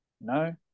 No